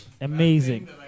Amazing